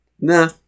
Nah